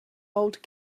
old